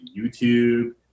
YouTube